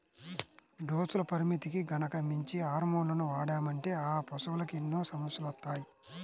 డోసుల పరిమితికి గనక మించి హార్మోన్లను వాడామంటే ఆ పశువులకి ఎన్నో సమస్యలొత్తాయి